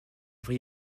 vraie